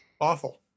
Awful